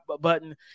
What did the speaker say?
button